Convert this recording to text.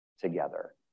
together